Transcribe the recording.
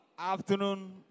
afternoon